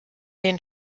den